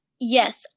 Yes